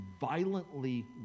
violently